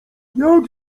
jak